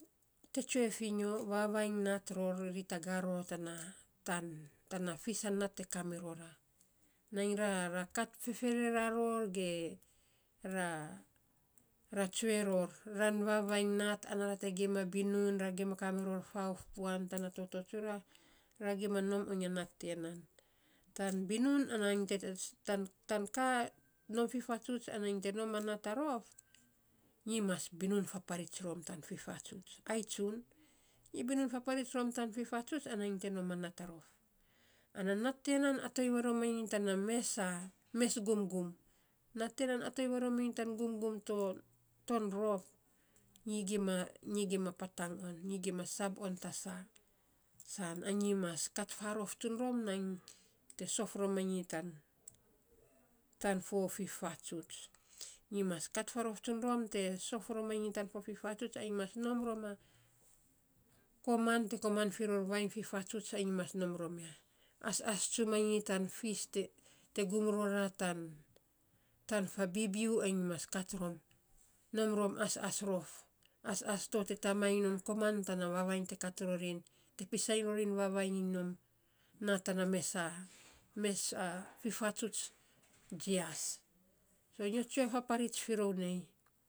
Tee tsue fi nyo, vavainy nat rori ror tan, tana fis a nat te ka mirora, nainy ra kat fereraro ge tsue ror. Ran vavainy nat ana ra te gima binun, ra gima kariror fauf puan tana toto tsura, ra gima nom oin a nat tiya nan, tan binun nom fifatsuts ana nyi te nom a nata rof, nyi mas binun faparits rom tan fifatsuts ai tsun, nyi binun faparits rom tan fifatsuts ana nyi te nom a nat a rof ana nat tiya aton varomanyi tan mes gumgum, nat tiya a ton varomanyi tan gum to ton rof. Nyi gima patan on, sab on ta saa, saan anyi mas kat faarof tsun rom nainy te sof romanyi tan fifatsuts ai mas nom rom ya, asas tsumanyi tan fis te gum rora tan fabibiu, ai mas kat rom, kat rom nom rom asas rof. Asas to te tamai non koman tana vavainy to te kat roin, te pisainy rori vavainy iny nom nat tana mesa mesa fifatsuts jias so nyo tsue fapirits firou nei.